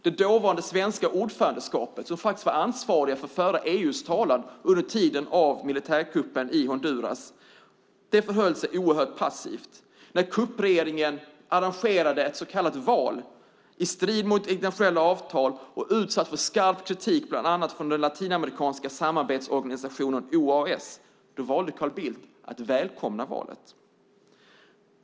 Det dåvarande svenska ordförandeskapet i EU, som var ansvarigt för att föra EU:s talan under tiden för militärkuppen i Honduras, förhöll sig passivt. När kuppregeringen arrangerade ett så kallat val i strid mot internationella avtal och som blev skarpt kritiserat av bland annat den latinamerikanska samarbetsorganisationen OAS, då valde Bildt att välkomna valet.